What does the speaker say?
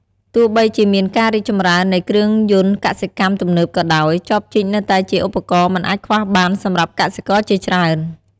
ទោះបីជាមានការរីកចម្រើននៃគ្រឿងយន្តកសិកម្មទំនើបក៏ដោយ ចបជីកនៅតែជា ឧបករណ៍មិនអាចខ្វះបាន សម្រាប់កសិករជាច្រើន។